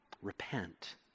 repent